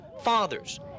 fathers